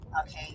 Okay